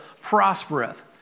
prospereth